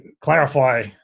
clarify